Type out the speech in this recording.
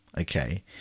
okay